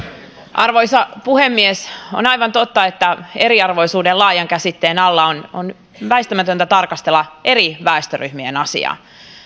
arvoisa puhemies on aivan totta että eriarvoisuuden laajan käsitteen alla on on väistämätöntä tarkastella eri väestöryhmien asiaa